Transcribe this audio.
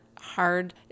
hard